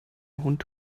hund